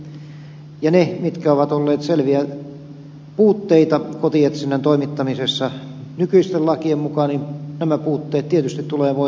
ja nämä asiat mitkä ovat olleet selviä puutteita kotietsinnän toimittamisessa nykyisten lakien mukaan tietysti tulee voida korjata